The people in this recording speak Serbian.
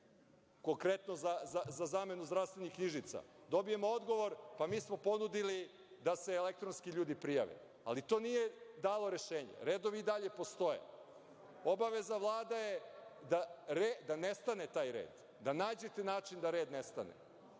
konkretno za zamenu zdravstvenih knjižica, dobijemo odgovor – mi smo ponudili da se elektronski ljudi prijave. Ali, to nije dalo rešenja. Redovi i dalje postoje. Obaveze Vlade je da nestane taj red, da nađete način da red nestane,